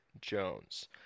Jones